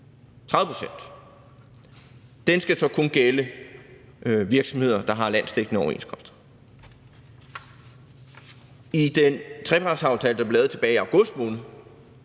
30 pct., skal så kun gælde for virksomheder, der har en landsdækkende overenskomst. I den trepartsaftale, der blev lavet tilbage i august måned,